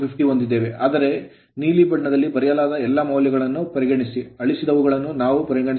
ಆದರೆ ನೀಲಿ ಬಣ್ಣದಲ್ಲಿ ಬರೆಯಲಾದ ಎಲ್ಲಾ ಮೌಲ್ಯಗಳನ್ನು ಪರಿಗಣಿಸಿ ಅಳಿಸಿದವುಗಳುನ್ನು ನಾವು ಪರಿಗಣಿಸಬೇಕಾಗಿಲ್ಲ